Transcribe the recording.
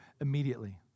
immediately